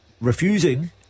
refusing